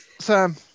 Sam